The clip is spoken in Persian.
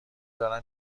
دارن